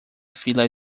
fila